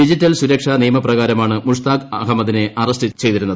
digital സുരക്ഷ നിയമപ്രകാരമാണ് മുഷ്താഖ് അഹമ്മദിനെ അറസ്റ്റ് ചെയ്തിരുന്നത്